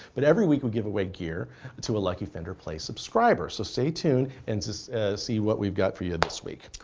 but every week we give away gear to a lucky fender play subscriber. so stay tuned and see what we've got for you this week.